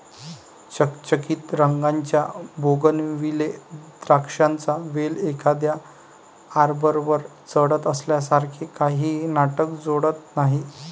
चकचकीत रंगाच्या बोगनविले द्राक्षांचा वेल एखाद्या आर्बरवर चढत असल्यासारखे काहीही नाटक जोडत नाही